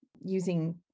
using